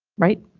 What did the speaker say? right,